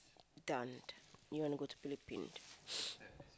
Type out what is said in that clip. done you want to go to Philippines